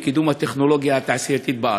בקידום הטכנולוגיה התעשייתית בארץ.